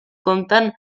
compten